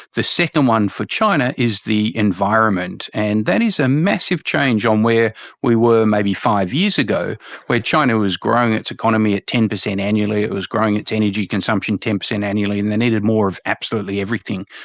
the second one for china is the environment, and that is a massive change on where we were maybe five years ago were china was growing its economy at ten percent annually, it was growing its energy consumption ten percent annually and they needed more of absolutely everything.